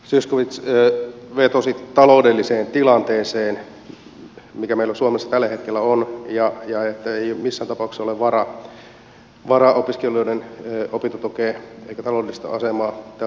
zyskowicz vetosi taloudelliseen tilanteeseen mikä meillä suomessa tällä hetkellä on ja ettei missään tapauksessa ole vara opiskelijoiden opintotukea eikä taloudellista asemaa tältä osin parantaa